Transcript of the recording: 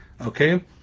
okay